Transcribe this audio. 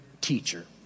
teacher